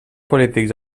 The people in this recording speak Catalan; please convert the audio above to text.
polítics